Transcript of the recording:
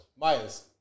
Myers